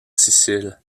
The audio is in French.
sicile